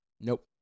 Nope